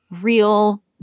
real